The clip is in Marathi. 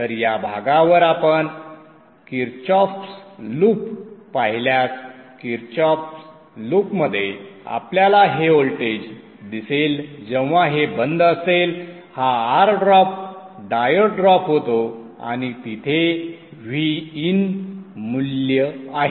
तर या मार्गावर आपण किर्चॉफ लूप पाहिल्यास किर्चॉफ्स लूपमध्ये आपल्याला हे व्होल्टेज दिसेल जेव्हा हे बंद असेल हा R ड्रॉप डायोड ड्रॉप होतो आणि तिथे Vin मूल्य आहे